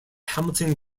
hamilton